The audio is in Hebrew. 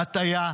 הטעיה,